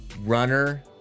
runner